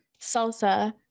salsa